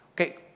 Okay